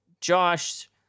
Josh